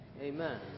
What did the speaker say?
amen